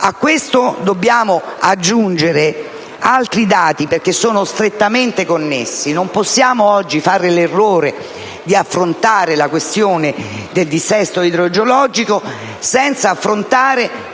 A questo dobbiamo aggiungere altri dati che sono strettamente connessi. Non possiamo oggi fare l'errore di affrontare la questione del dissesto idrogeologico senza affrontare